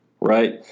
right